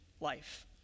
life